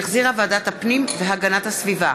שהחזירה ועדת הפנים והגנת הסביבה,